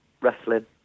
Wrestling